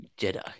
Jedi